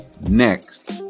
next